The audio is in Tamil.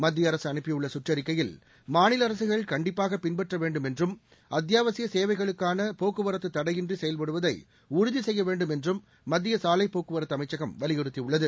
மத்திய அரசு அனுப்பியுள்ள சுற்றறிக்கையில் மாநில அரசுகள் கண்டிப்பாக பின்பற்ற வேண்டும் என்றும் அத்தியாவசிய சேவைகளுக்கான போக்குவரத்து தடையின்றி செயல்படுவதை உறுதி செய்ய வேண்டும் என்றும் மத்திய சாலை போக்குவரத்து அமைச்சகம் வலியுறுத்தியுள்ளது